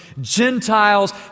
Gentiles